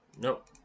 Nope